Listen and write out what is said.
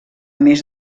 més